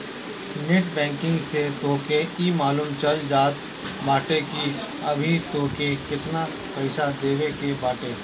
net banking से तोहके इ मालूम चल जात बाटे की अबही तोहके केतना पईसा देवे के बाटे